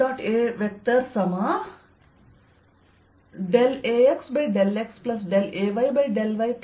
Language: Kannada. A2xx2yy 3zz